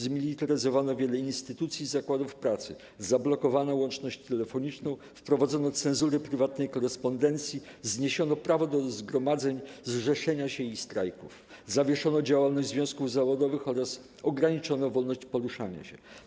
Zmilitaryzowano wiele instytucji i zakładów pracy, zablokowano łączność telefoniczną, wprowadzono cenzurę prywatnej korespondencji, zniesiono prawo do zgromadzeń, zrzeszenia się i strajków, zawieszono działalność związków zawodowych oraz ograniczono wolność poruszania się.